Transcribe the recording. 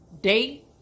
date